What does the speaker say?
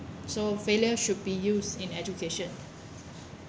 so failure should be used in education